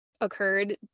occurred